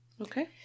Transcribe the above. Okay